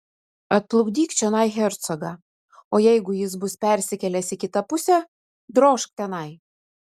atplukdyk čionai hercogą o jeigu jis bus persikėlęs į kitą pusę drožk tenai